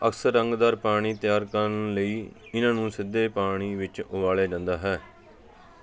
ਅਕਸਰ ਰੰਗਦਾਰ ਪਾਣੀ ਤਿਆਰ ਕਰਨ ਲਈ ਇਨ੍ਹਾਂ ਨੂੰ ਸਿੱਧੇ ਪਾਣੀ ਵਿੱਚ ਉਬਾਲਿਆ ਜਾਂਦਾ ਹੈ